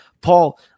Paul